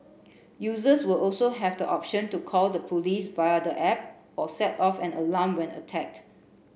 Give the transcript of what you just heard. users will also have the option to call the police via the app or set off an alarm when attacked